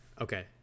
Okay